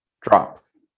drops